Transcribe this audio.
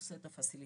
עושה את הפסיליטציה,